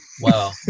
Wow